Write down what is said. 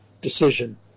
decision